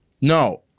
No